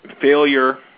failure